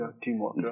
teamwork